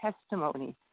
testimony